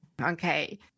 Okay